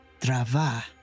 drava